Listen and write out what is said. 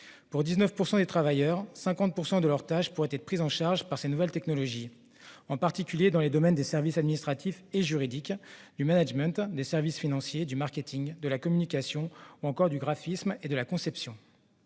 Pour 19 % des travailleurs, 50 % de leurs tâches pourraient être prises en charge par ces nouvelles technologies, en particulier dans les domaines des services administratifs et juridiques, du management, des services financiers, du marketing, de la communication, ou encore du graphisme et de la conception.